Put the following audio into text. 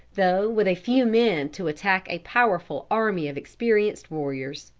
though with a few men to attack a powerful army of experienced warriors.